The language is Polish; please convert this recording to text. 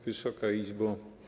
Wysoka Izbo!